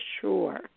sure